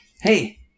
Hey